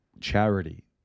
charity